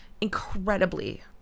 incredibly